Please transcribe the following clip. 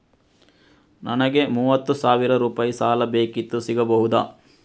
ನನಗೆ ಮೂವತ್ತು ಸಾವಿರ ರೂಪಾಯಿ ಸಾಲ ಬೇಕಿತ್ತು ಸಿಗಬಹುದಾ?